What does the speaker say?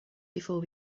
before